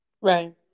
Right